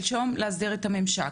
שלשום צריך להסדיר את הממשק.